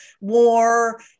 war